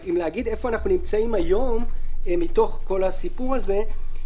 אם נגיד איפה אנחנו נמצאים היום בתוך כל הסיפור הזה,